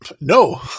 No